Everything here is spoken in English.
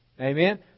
Amen